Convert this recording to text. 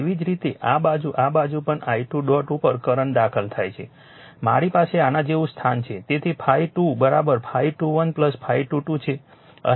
તેવી જ રીતે આ બાજુ આ બાજુ પણ i2 ડોટ ઉપર કરંટ દાખલ થાય છે મારી પાસે આના જેવું સ્થાન છે તેથી ∅2 ∅21 ∅22 છે